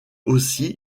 aussi